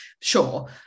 sure